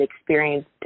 experienced